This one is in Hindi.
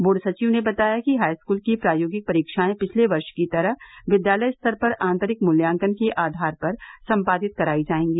बोर्ड सचिव ने बताया कि हाईस्कूल की प्रायोगिक परीक्षायें पिछले वर्ष की तरह विद्यालय स्तर पर आन्तरिक मूल्यांकन के आधार पर सम्पादित करायी जायेंगी